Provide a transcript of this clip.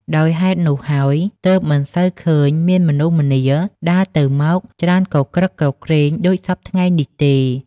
ដោយហេតុនោះហើយ ទើបមិនសូវឃើញមានមនុស្សម្នាដើរទៅ-មក ច្រើនគគ្រឹកគគ្រេងដូចសព្វថ្ងៃនេះទេ